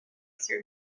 through